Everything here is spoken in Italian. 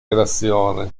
relazione